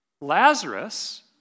Lazarus